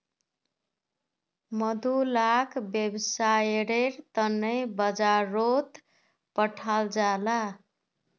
मधु लाक वैव्सायेर तने बाजारोत पठाल जाहा